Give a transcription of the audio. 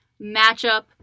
matchup